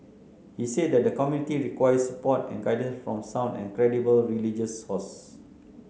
he said that the community requires support and guidance from sound and credible religious sources